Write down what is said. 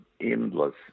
endless